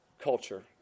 culture